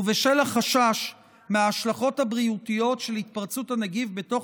ובשל החשש מההשלכות הבריאותיות של התפרצות הנגיף בתוך